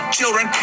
children